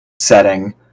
setting